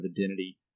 identity